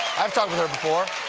i've talked with her before.